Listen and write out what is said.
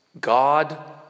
God